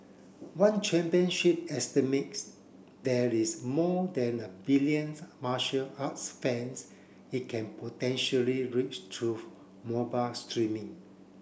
one championship estimates there is more than a billions martial arts fans it can potentially reach through mobile streaming